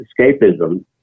escapism